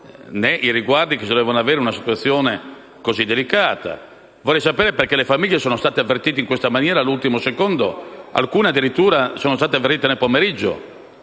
né i riguardi che bisogna avere in una situazione così delicata? Vorrei sapere perché le famiglie sono state avvertite in questa maniera, all'ultimo secondo. Alcune, addirittura, sono state avvertite nel pomeriggio